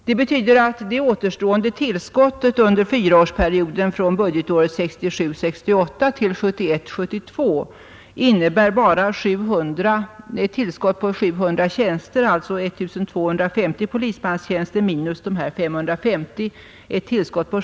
Det betyder att det återstående tillskottet under fyraårsperioden från budgetåret 1967 72 innebär bara ett tillskott på 700 tjänster, alltså 1 250 polismanstjänster minus de här 550 tjänsterna.